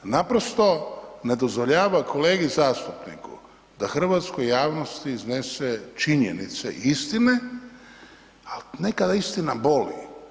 Naprosto ne dozvoljava kolegi zastupniku da hrvatskoj javnosti iznese činjenice i istine, a nekada istina boli.